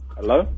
Hello